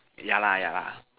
yeah lah yeah lah